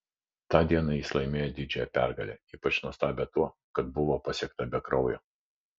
tą dieną jis laimėjo didžią pergalę ypač nuostabią tuo kad buvo pasiekta be kraujo